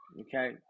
okay